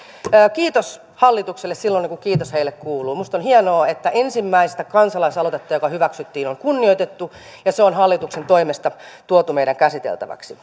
kiitos hallitukselle silloin niin kuin kiitos heille kuuluu minusta on hienoa että ensimmäistä kansalaisaloitetta joka hyväksyttiin on kunnioitettu ja se on hallituksen toimesta tuotu meidän käsiteltäväksemme